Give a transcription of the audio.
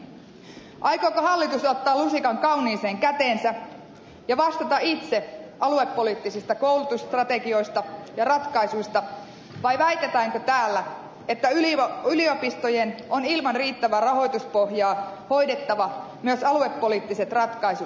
aikooko hallitus ottaa lusikan kauniiseen käteensä ja vastata itse aluepoliittisista koulutusstrategioista ja ratkaisuista vai väitetäänkö täällä että yliopistojen on ilman riittävää rahoituspohjaa hoidettava myös aluepoliittiset ratkaisut hallituksen puolesta